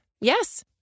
Yes